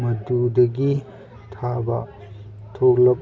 ꯃꯗꯨꯗꯒꯤ ꯊꯥꯕ ꯊꯣꯛꯂꯛ